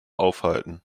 aufhalten